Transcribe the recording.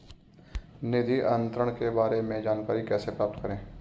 निधि अंतरण के बारे में जानकारी कैसे प्राप्त करें?